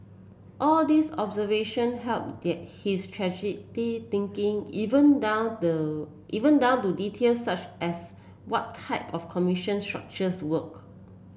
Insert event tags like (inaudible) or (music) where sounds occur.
all these observation help (unintelligible) his strategic thinking even down the even down to detail such as what type of commission structure work